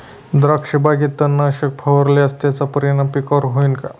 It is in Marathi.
द्राक्षबागेत तणनाशक फवारल्यास त्याचा परिणाम पिकावर होईल का?